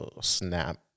snap